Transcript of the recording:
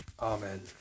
Amen